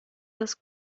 das